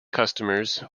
customers